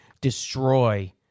destroy